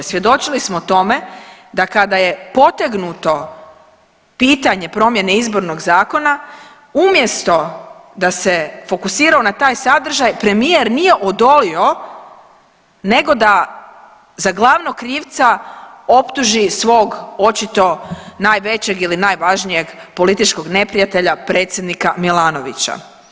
Svjedočili smo o tome da kada je potegnuto pitanje promjene Izbornog zakona umjesto da se fokusirao na taj sadržaj premijer nije odolio nego da za glavnog krivca optuži svog očito najvećeg ili najvažnijeg političkog neprijatelja predsjednika Milanovića.